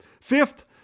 Fifth